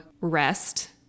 rest